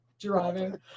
driving